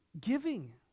giving